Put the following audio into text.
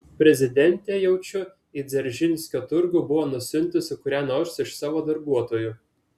prezidentė jaučiu į dzeržinskio turgų buvo nusiuntusi kurią nors iš savo darbuotojų